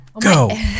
Go